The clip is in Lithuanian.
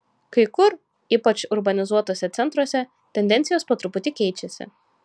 kai kur ypač urbanizuotuose centruose tendencijos po truputį keičiasi